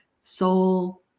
soul